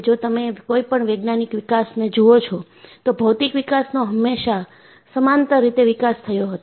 જો તમે કોઈપણ વૈજ્ઞાનિક વિકાસને જુઓ છો તો ભૌતિક વિકાસ નો હંમેશા સમાંતર રીતે વિકાસ થયો હતો